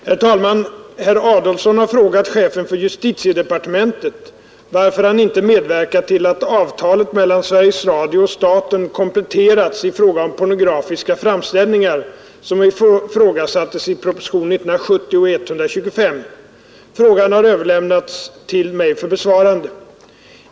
Herr talman! Herr Adolfsson har frågat chefen för justitiedepartementet varför han inte medverkat till att avtalet mellan Sveriges Radio och staten kompletterats i fråga om pornografiska framställningar, som ifrågasattes i propositionen 1970:125. Frågan har överlämnats till mig för besvarande.